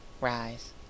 Rise